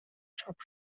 چاپ